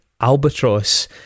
Albatross